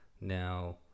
Now